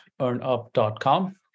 earnup.com